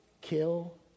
kill